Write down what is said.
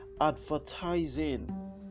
advertising